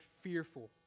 fearful